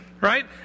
right